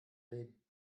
reden